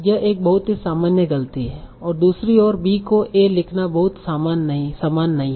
यह एक बहुत ही सामान्य गलती है दूसरी ओर b को a लिखना बहुत समान नहीं है